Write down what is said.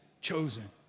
chosen